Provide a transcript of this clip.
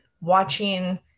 watching